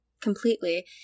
Completely